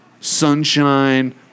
Sunshine